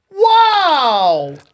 Wow